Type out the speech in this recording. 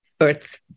earth